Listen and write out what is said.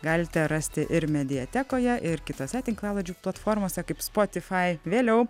galite rasti ir mediatekoje ir kitose tinklalaidžių platformose kaip spotify vėliau